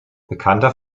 bekannter